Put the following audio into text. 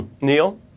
Neil